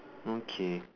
okay